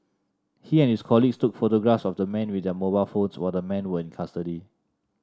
he and his colleagues took photographs of the men with their mobile phones while the men were in custody